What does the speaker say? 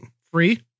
Free